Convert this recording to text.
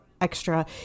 extra